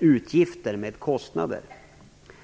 utgifter med kostnader.